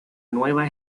nueva